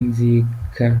inzika